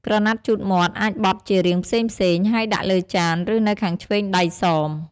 ក្រណាត់ជូតមាត់ អាចបត់ជារាងផ្សេងៗ ហើយដាក់លើចាន ឬនៅខាងឆ្វេងដៃសម។